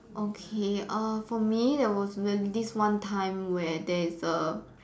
okay uh for me there was w~ this one time where there is a